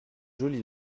joli